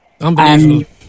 Unbelievable